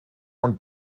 und